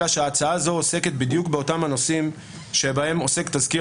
אלא שהצעה זו עוסקת בדיוק באותם הנושאים שבהם עוסק תזכיר